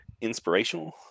inspirational